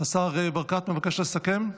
השר ברקת, אתה מבקש לסכם?